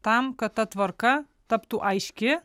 tam kad ta tvarka taptų aiški